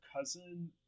cousin